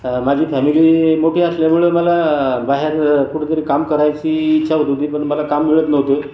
माझी फॅमिली मोठी असल्यामुळं मला बाहेर कुठंतरी काम करायची इच्छा होत होती पण मला काम मिळत नव्हतो